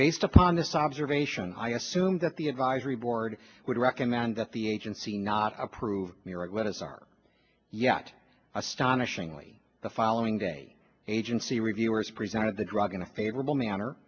based upon this observation i assumed that the advisory board would recommend that the agency not approve the right what is are yet astonishingly the following day and agency reviewers presented the drug in a favorable manner